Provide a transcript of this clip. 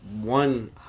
one